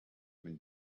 been